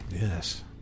Yes